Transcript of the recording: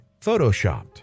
photoshopped